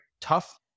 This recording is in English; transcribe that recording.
tough